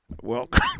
Welcome